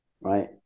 right